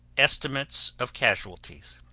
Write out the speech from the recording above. estimates of casualties